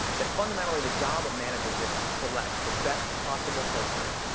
that fundamentally, the job of managers was to select the best possible person.